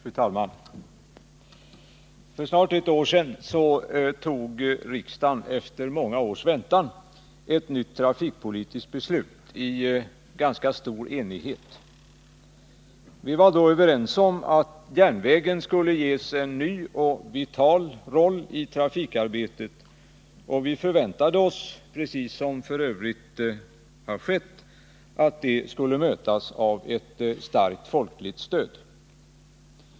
Fru talman! För snart ett år sedan fattade riksdagen efter många års väntan ett nytt trafikpolitiskt beslut i ganska stor enighet. Vi var då överens om att järnvägen skulle ges en ny och vital roll i trafikarbetet, och vi förväntade oss — precis som f. ö. har skett — att det skulle mötas av ett starkt folkligt stöd.